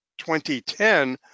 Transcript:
2010